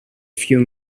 few